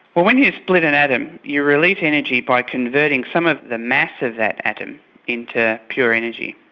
well when you split an atom, you release energy by converting some of the mass of that atom into pure energy.